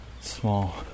small